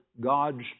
God's